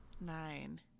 Nine